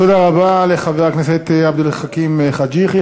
תודה רבה לחבר הכנסת עבד אל חכים חאג' יחיא.